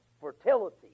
fertility